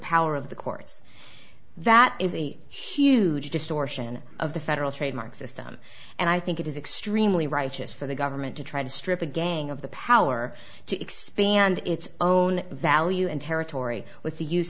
power of the courts that is a huge distortion of the federal trademark system and i think it is extremely righteous for the government to try to strip a gang of the power to expand its own value and territory with the use